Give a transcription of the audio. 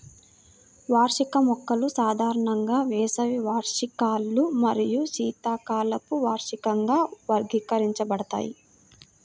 వార్షిక మొక్కలు సాధారణంగా వేసవి వార్షికాలు మరియు శీతాకాలపు వార్షికంగా వర్గీకరించబడతాయి